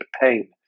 Pain